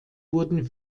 wurden